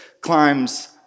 climbs